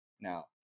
Now